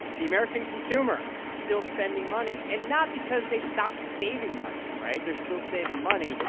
the american consumer still spending money, and not because they've stopped saving money, right? they're still saving money.